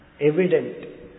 Evident